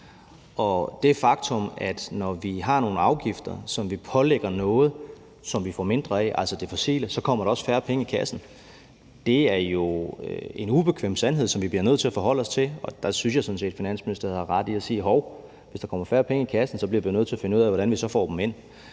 er et faktum, at når vi har nogle afgifter, som vi lægger på noget, som vi får mindre af, altså det fossile, kommer der også færre penge i kassen. Det er jo en ubekvem sandhed, som vi bliver nødt til at forholde os til, og der synes jeg sådan set, at Finansministeriet har ret i at sige, at hov, hvis der kommer færre penge i kassen, bliver vi nødt til at finde ud af, hvordan vi så får dem ind.